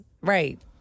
Right